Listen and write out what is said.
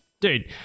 Dude